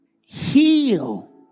heal